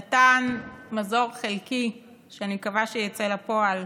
נתן מזור חלקי, שאני מקווה שיצא לפועל,